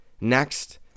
Next